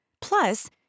Plus